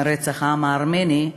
רצח העם הארמני,